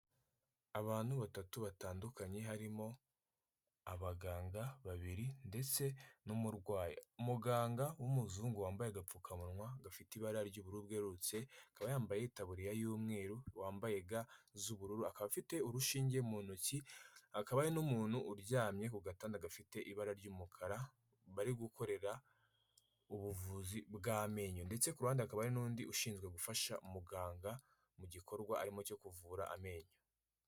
Abantu batatu batandukanye harimo, abaganga babiri, ndetse n'umurwayi, muganga w'umuzungu wambaye agapfukamunwa gafite ibara ry'uburu bwerurutse, akaba yambaye tabuririya y'umweru wambaye ga z'ubururu akaba afite urushinge mu ntoki, akaba n'umuntu uryamye ku gatanda gafite ibara ry'umukara, bari gukorera ubuvuzi bw'amenyo, ndetse ruhande akaba n'undi ushinzwe gufasha umuganga, mu gikorwa arimo cyo kuvura amenyo.